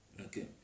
Okay